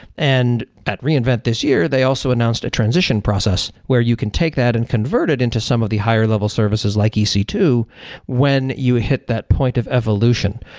and at reinvent this year, they also announced a transition process where you can take that and convert it into some of the higher-level services like e c two when you hit that point of evolution.